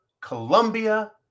Colombia